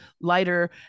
lighter